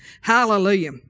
Hallelujah